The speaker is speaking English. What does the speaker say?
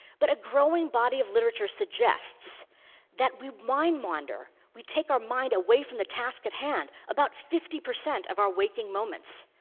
but a growing body of literature suggests that we mind wander, we take our mind away from the task at hand, about fifty percent of our waking moments.